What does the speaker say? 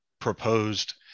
proposed